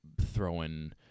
throwing